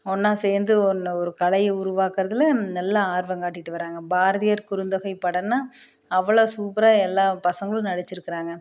ஒன்றா சேர்ந்து ஒன்று ஒரு கலையை உருவாக்குறதில் நல்ல ஆர்வம் காட்டிட்டு வராங்க பாரதியார் குறுந்தொகை படன்னால் அவ்வளவு சூப்பராக எல்லா பசங்களும் நடிச்சிருக்கிறாங்க